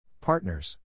Partners